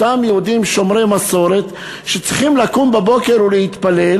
אותם יהודים שומרי מסורת שצריכים לקום בבוקר ולהתפלל,